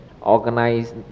organize